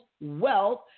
wealth